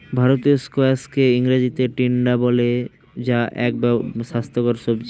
ভারতীয় স্কোয়াশকে ইংরেজিতে টিন্ডা বলে যা এক স্বাস্থ্যকর সবজি